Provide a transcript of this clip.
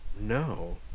no